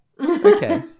Okay